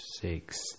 six